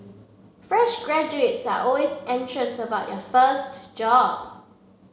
fresh graduates are always anxious about their first job